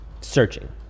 searching